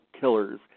killers